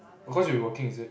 cause you'll be working is it